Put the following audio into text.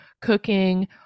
cooking